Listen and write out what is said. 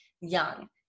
young